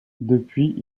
depuis